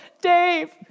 Dave